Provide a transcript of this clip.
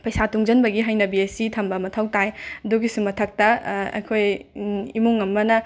ꯄꯩꯁꯥ ꯇꯨꯡꯁꯤꯟꯕꯒꯤ ꯍꯩꯅꯕꯤ ꯑꯁꯤ ꯊꯝꯕ ꯃꯊꯧ ꯇꯥꯏ ꯑꯗꯨꯒꯤꯁꯨ ꯃꯊꯛꯇ ꯑꯩꯈꯣꯏ ꯏꯃꯨꯡ ꯑꯃꯅ